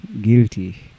guilty